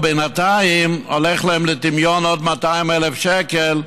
ובינתיים הולכים להם לטמיון עוד 200,000 שקל,